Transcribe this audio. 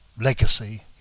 legacy